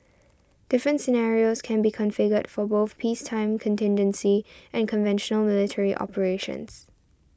different scenarios can be configured for both peacetime contingency and conventional military operations